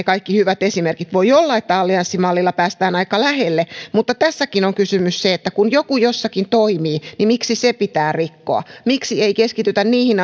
kaikki hyvät esimerkit voi olla että allianssimallilla päästään aika lähelle mutta tässäkin on on kysymys se että kun joku jossakin toimii niin miksi se pitää rikkoa miksi ei keskitytä niihin